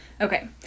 Okay